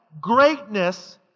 greatness